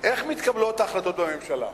איך מתקבלות ההחלטות בממשלה?